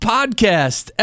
Podcast